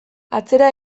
atzera